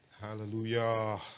Hallelujah